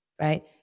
right